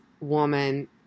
woman